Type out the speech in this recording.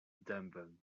dębem